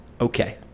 okay